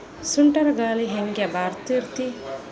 ಸುಂಟರ್ ಗಾಳಿ ಹ್ಯಾಂಗ್ ಬರ್ತೈತ್ರಿ?